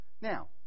Now